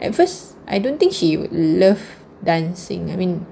at first I don't think she would love dancing I mean